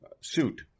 suit